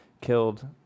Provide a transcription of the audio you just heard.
killed